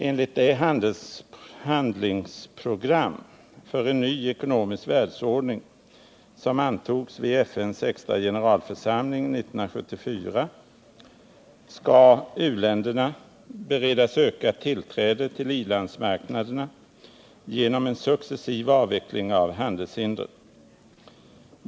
Enligt det handlingsprogram för en ny ekonomisk världsordning som antogs vid FN:s extra generalförsamling 1974 skall u-länderna beredas ökat tillträde till i-landsmarknaderna genom = successiv avveckling av handelshindren.